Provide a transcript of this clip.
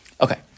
Okay